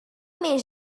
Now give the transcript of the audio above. més